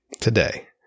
today